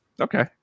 Okay